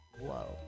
whoa